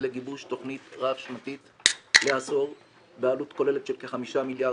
לגיבוש תכנית רב שנתית לעשור בעלות כוללת של כ-5 מיליארד